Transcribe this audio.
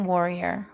Warrior